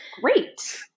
Great